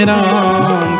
Ram